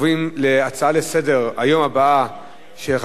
נעבור להצעה לסדר-היום בנושא: